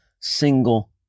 single